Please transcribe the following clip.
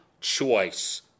choice